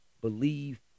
believe